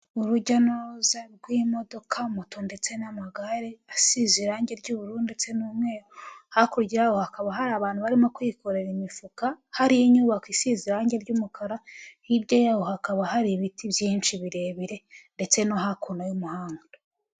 Urujya n'uruza rw'imodoka, moto ndetse n'amagare asize irangi ry'ubururu ndetse n'umweru, hakurya yaho hakaba hari abantu barimo kwikorera imifuka, hari inyubako isize irangi ry'umukara hirya yaho hakaba hari ibiti byinshi birebire ndetse no hakuno y'umuhanda.